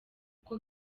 uko